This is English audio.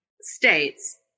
states